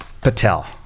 Patel